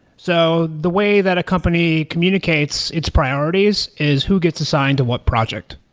so the way that a company communicates its priorities is who gets assigned to what project.